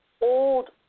old